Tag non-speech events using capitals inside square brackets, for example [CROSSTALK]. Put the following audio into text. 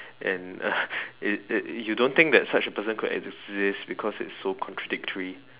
and [LAUGHS] and and you you don't think that such a person could exist because it's so contradictory